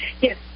Yes